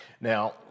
Now